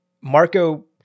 Marco